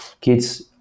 kids